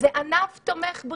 ענף תומך בריאות,